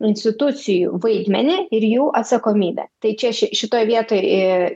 institucijų vaidmenį ir jų atsakomybę tai čia šitoj vietoj ir